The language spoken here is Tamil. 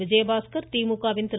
விஜயபாஸ்கர் திமுகவின் திரு